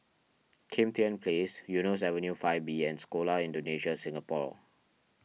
Kim Tian Place Eunos Avenue five B and Sekolah Indonesia Singapore